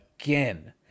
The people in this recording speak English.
again